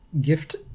gift